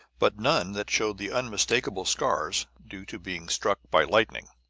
but none that showed the unmistakable scars due to being struck by lightning.